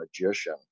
magician